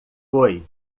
foi